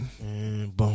Boom